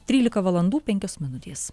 trylika valandų penkios minutės